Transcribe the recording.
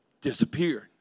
disappeared